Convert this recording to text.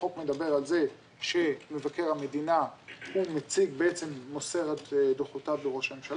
החוק מדבר על זה שמבקר המדינה הוא מוסר בעצם את דוחותיו לראש הממשלה.